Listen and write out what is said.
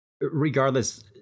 regardless